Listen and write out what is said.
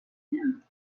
him